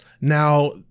Now